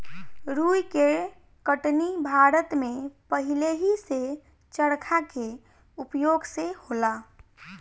रुई के कटनी भारत में पहिलेही से चरखा के उपयोग से होला